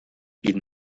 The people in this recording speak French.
ils